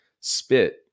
spit